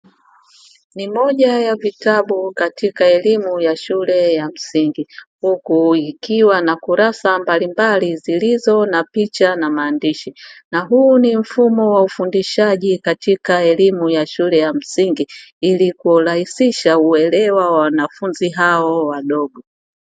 Ni moja ya vitabu katika elimu ya shule ya msingi huku ikiwa na kurasa mbalimbali zilizo na picha na maandishi, na huu ni mfumo wa ufundishaji katika elimu ya shule ya msingi, ili kurahisisha uelewa na wanafunzi hao wadogo.